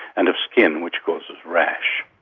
and of skin, which causes rash.